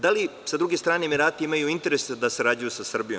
Da li, s druge strane, Emirati imaju interes da sarađuju sa Srbijom?